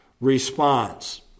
response